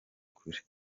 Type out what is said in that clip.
kure